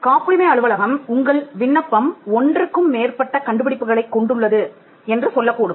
காப்புரிமை அலுவலகம் உங்கள் விண்ணப்பம் ஒன்றுக்கும் மேற்பட்ட கண்டுபிடிப்புகளைக் கொண்டுள்ளது என்று சொல்லக்கூடும்